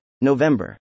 November